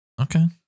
Okay